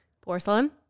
Porcelain